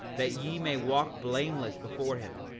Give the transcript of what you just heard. that ye may walk blameless before him,